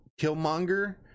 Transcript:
Killmonger